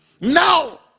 Now